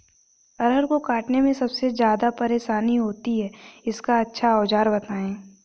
अरहर को काटने में सबसे ज्यादा परेशानी होती है इसका अच्छा सा औजार बताएं?